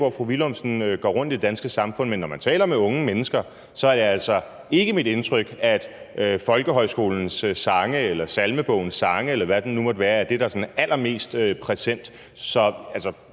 hvor fru Willumsen bevæger sig rundt i det danske samfund, for når man taler med unge mennesker, er det altså ikke mit indtryk, at folkehøjskolens sange eller Salmebogens sange, eller hvad det nu måtte være, er det, der sådan er allermest præsent.